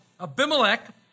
Abimelech